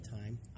time